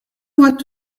want